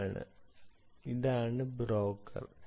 ഇതാണ് ബ്രോക്കർ